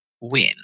win